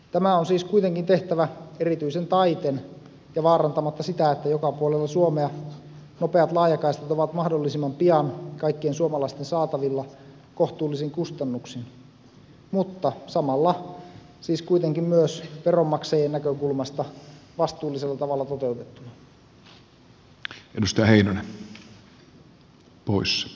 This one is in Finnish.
tämä on siis kuitenkin tehtävä erityisen taiten ja vaarantamatta sitä että joka puolella suomea nopeat laajakaistat ovat mahdollisimman pian kaikkien suomalaisten saatavilla kohtuullisin kustannuksin mutta samalla siis kuitenkin myös veronmaksajien näkökulmasta vastuullisella tavalla toteutettuna